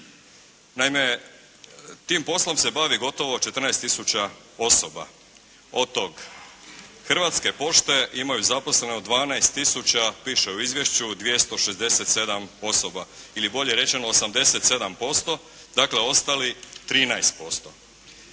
Naime, tim poslom se bavi gotovo 14 tisuća osoba. Od toga Hrvatske pošte imaju zaposleno 12 tisuća, piše u izvješću, 267 osoba ili bolje rečeno 87%, dakle ostali 13%.